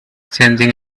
changing